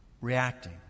reacting